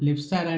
Lipsarani Behera